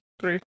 three